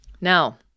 Now